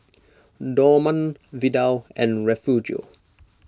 Dorman Vidal and Refugio